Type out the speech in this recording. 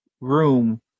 room